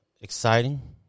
exciting